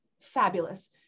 fabulous